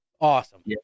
Awesome